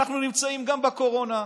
אנחנו נמצאים גם בקורונה,